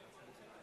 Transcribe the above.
כמה פעמים,